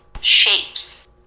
shapes